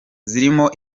zirimo